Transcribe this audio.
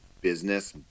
business